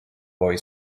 boy